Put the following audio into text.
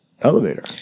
elevator